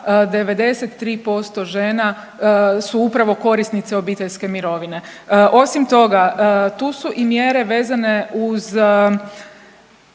93% žena su upravo korisnice obiteljske mirovine. Osim toga, tu su i mjere vezane uz